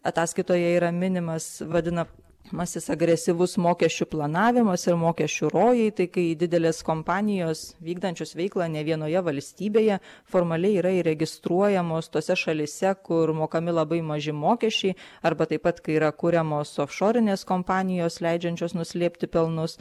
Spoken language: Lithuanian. ataskaitoje yra minimas vadinamasis agresyvus mokesčių planavimas ir mokesčių rojai tai kai didelės kompanijos vykdančios veiklą ne vienoje valstybėje formaliai yra įregistruojamos tose šalyse kur mokami labai maži mokesčiai arba taip pat kai yra kuriamos ofšorinės kompanijos leidžiančios nuslėpti pelnus